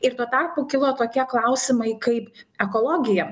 ir tuo tarpu kilo tokie klausimai kaip ekologija